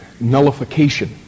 nullification